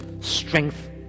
strength